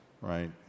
right